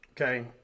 okay